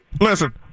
listen